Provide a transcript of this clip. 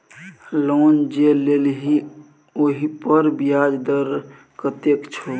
loan जे लेलही ओहिपर ब्याज दर कतेक छौ